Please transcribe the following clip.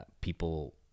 people